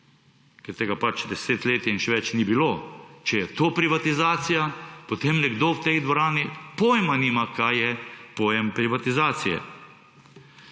ker tega pač 10 let in še več ni bilo, če je to privatizacija, potem nekdo v tej dvorani pojma nima, kaj je pojem privatizacije.